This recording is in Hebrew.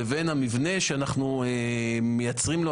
לבין המבנה שאנחנו מייצרים לו,